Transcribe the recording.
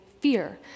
fear